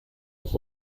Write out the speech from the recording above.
auf